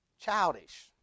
childish